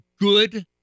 good